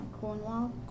Cornwall